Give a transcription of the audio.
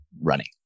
running